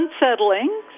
unsettling